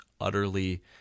utterly